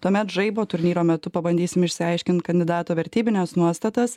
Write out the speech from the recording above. tuomet žaibo turnyro metu pabandysim išsiaiškinti kandidato vertybines nuostatas